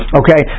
okay